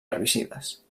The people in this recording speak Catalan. herbicides